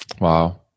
Wow